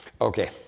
Okay